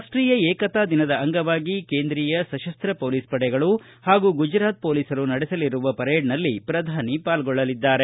ರಾಷ್ಟೀಯ ಏಕತಾ ದಿನದ ಅಂಗವಾಗಿ ಕೇಂದ್ರೀಯ ಸಶಸ್ತ ಹೊಲೀಸ್ ಪಡೆಗಳು ಹಾಗೂ ಗುಜರಾತ್ ಪೊಲೀಸರು ನಡೆಸಲಿರುವ ಪೆರೇಡ್ನಲ್ಲಿ ಪ್ರಧಾನಿ ಪಾಲ್ಗೊಳ್ಳಲಿದ್ದಾರೆ